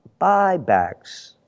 buybacks